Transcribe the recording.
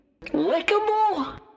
Lickable